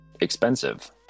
expensive